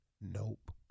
Nope